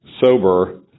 sober